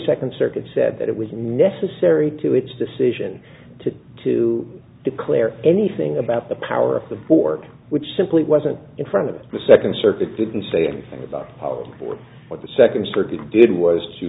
second circuit said that it was necessary to its decision to to declare anything about the power of the board which simply wasn't in front of the second circuit didn't say anything about power before what the second circuit did was to